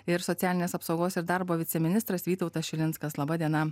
ir socialinės apsaugos ir darbo viceministras vytautas šilinskas laba diena